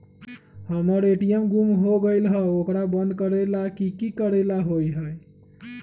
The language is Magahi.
हमर ए.टी.एम गुम हो गेलक ह ओकरा बंद करेला कि कि करेला होई है?